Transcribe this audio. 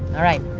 all right.